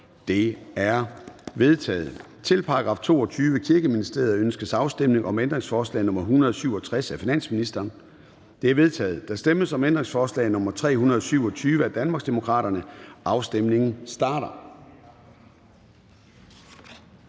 og Integrationsministeriet. Ønskes afstemning om ændringsforslag nr. 24 af finansministeren? Det er vedtaget. Der stemmes om ændringsforslag nr. 308 af Danmarksdemokraterne. Afstemningen starter.